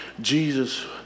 Jesus